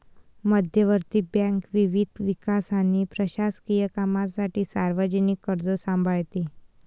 मध्यवर्ती बँक विविध विकास आणि प्रशासकीय कामांसाठी सार्वजनिक कर्ज सांभाळते